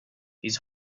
his